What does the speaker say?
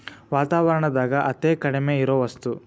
ವಾತಾವರಣದಾಗ ಅತೇ ಕಡಮಿ ಇರು ವಸ್ತು